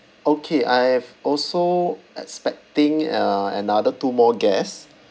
okay I have also expecting uh another two more guests